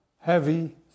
heavy